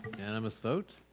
unanimous vote.